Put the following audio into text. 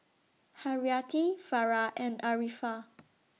Haryati Farah and Arifa